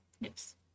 Yes